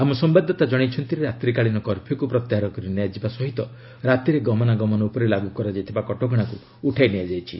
ଆମ ସମ୍ବାଦଦାତା ଜଣାଇଛନ୍ତି ରାତ୍ରିକାଳୀନ କର୍ଫ୍ୟୁକୁ ପ୍ରତ୍ୟାହାର କରିନିଆଯିବା ସହ ରାତିରେ ଗମନାଗମନ ଉପରେ ଲାଗୁ କରାଯାଇଥିବା କଟକଣାକୁ ଉଠାଇ ନିଆଯାଇଛି